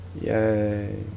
Yay